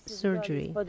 surgery